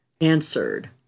answered